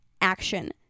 Action